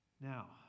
Now